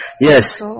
Yes